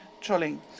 trolling